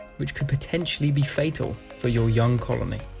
which could potentially be fatal for your young colony.